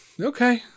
Okay